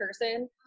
person